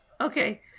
Okay